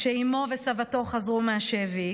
כשאימו וסבתו חזרו מהשבי,